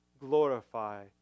glorify